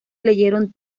leyeron